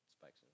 spikes